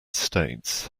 states